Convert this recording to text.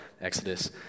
Exodus